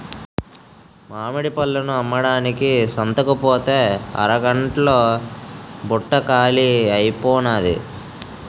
మామిడి పళ్ళను అమ్మడానికి సంతకుపోతే అరగంట్లో బుట్ట కాలీ అయిపోనాది